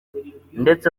ndetse